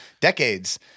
decades